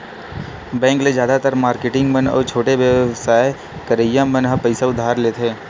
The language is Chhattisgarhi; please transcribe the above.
बेंक ले जादातर मारकेटिंग मन अउ छोटे बेवसाय करइया मन ह पइसा उधार लेथे